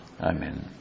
Amen